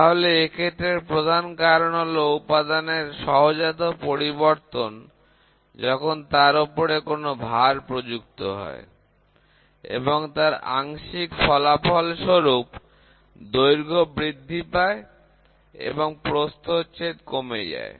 তাহলে এক্ষেত্রে প্রধান কারণ হলো উপাদানের সহজাত পরিবর্তন যখন তার ওপরে কোন ভার প্রযুক্ত হয় এবং তার আংশিক ফলাফল স্বরূপ দৈর্ঘ্য বৃদ্ধি পায় এবং প্রস্থচ্ছেদ কমে যায়